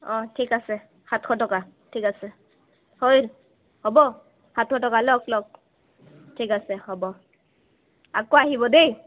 অঁ ঠিক আছে সাতশ টকা ঠিক আছে হয় হ'ব সাতশ টকা লওক লওক ঠিক আছে হ'ব আকৌ আহিব দেই